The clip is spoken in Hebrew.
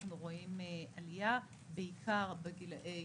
אנחנו רואים עלייה בעיקר בגילאי